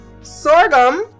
sorghum